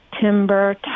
timber